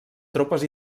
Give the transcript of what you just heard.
tropes